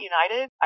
United